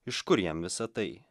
iš kur jam visa tai